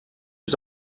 yüz